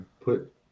put